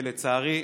ולצערי,